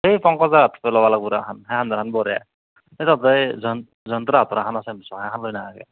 এই পংকজদাহঁতৰ ল'ব লাগিব জালখন সেইখান দেখোন বঢ়িয়া